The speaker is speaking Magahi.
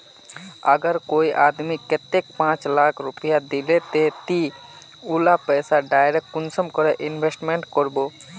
अगर कोई आदमी कतेक पाँच लाख रुपया दिले ते ती उला पैसा डायरक कुंसम करे इन्वेस्टमेंट करबो?